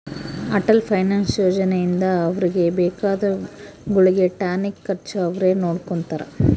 Atal pension ಯೋಜನೆ ಇಂದ ಅವ್ರಿಗೆ ಬೇಕಾದ ಗುಳ್ಗೆ ಟಾನಿಕ್ ಖರ್ಚು ಅವ್ರೆ ನೊಡ್ಕೊತಾರ